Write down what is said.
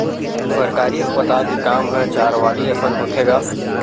सरकारी अस्पताल के काम ह चारवाली असन होथे गा